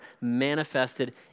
manifested